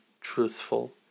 truthful